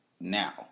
now